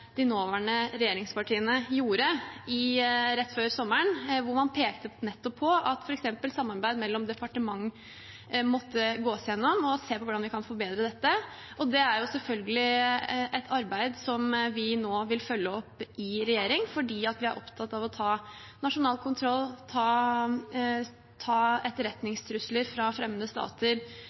de nåværende regjeringspartiene, gjorde rett før sommeren, hvor man pekte nettopp på at man måtte gå gjennom f.eks. samarbeid mellom departement og se på hvordan man kan forbedre det. Det er selvfølgelig et arbeid som vi nå vil følge opp i regjering, fordi vi er opptatt av å ta nasjonal kontroll, ta etterretningstrusler fra fremmede stater